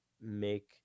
make